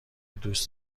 دوست